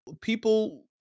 People